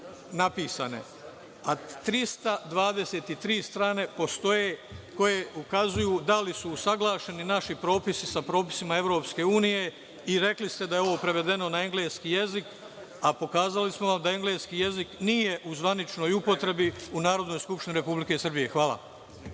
a 323 strane postoje koje ukazuju da li su usaglašeni naši propisi sa propisima EU i rekli ste da je ovo prevedeno na engleski jezik, a pokazali smo vam da engleski jezik nije u zvaničnoj upotrebi u Narodnoj skupštini Republike Srbije. Hvala.